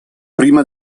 prima